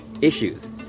issues